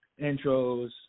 intros